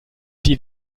die